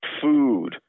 food